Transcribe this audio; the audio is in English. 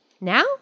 Now